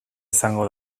izango